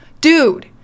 Dude